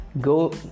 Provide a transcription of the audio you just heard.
go